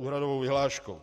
úhradovou vyhláškou.